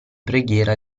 preghiera